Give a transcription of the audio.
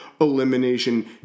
Elimination